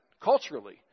culturally